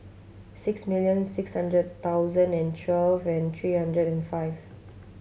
six million six hundred thousand and twelve and three hundred and five